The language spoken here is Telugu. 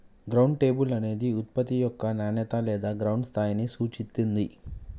గ్రౌండ్ లేబుల్ అనేది ఉత్పత్తి యొక్క నాణేత లేదా గ్రౌండ్ స్థాయిని సూచిత్తుంది